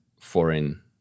foreign